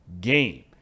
game